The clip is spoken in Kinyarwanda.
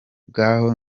bwaho